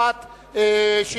הסתייגות אחת,